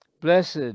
Blessed